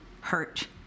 hurt